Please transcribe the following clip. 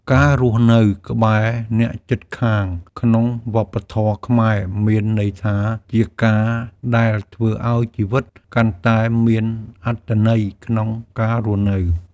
ការរស់នៅក្បែរអ្នកជិតខាងក្នុងវប្បធម៌ខ្មែរមានន័យថា ជាការដែលធ្វើឲ្យជីវិតកាន់តែមានអត្ថន័យក្នុងការរស់នៅ។